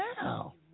now